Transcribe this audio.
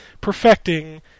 perfecting